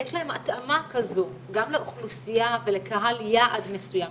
ויש להם התאמה גם לאוכלוסייה ולקהל יעד מסוים,